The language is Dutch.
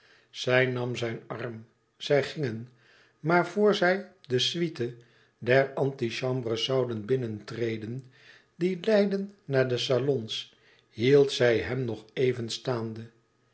zij nam zijn arm zij gingen maar voor zij de suite der antichambres zouden binnentreden die leidden naar de salons hield zij hem nog even staande